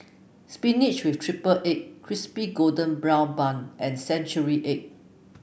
spinach with triple egg Crispy Golden Brown Bun and Century Egg